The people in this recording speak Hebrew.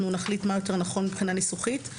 ניהולית;"; אנחנו נחליט מה יותר נכון מבחינה ניסוחית.